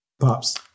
Pops